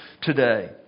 today